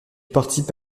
participe